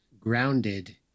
grounded